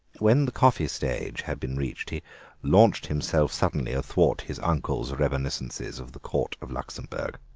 when the coffee stage had been reached he launched himself suddenly athwart his uncle's reminiscences of the court of luxemburg.